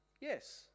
yes